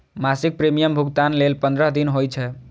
मासिक प्रीमियम भुगतान लेल पंद्रह दिन होइ छै